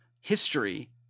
history